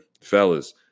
Fellas